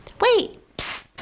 Wait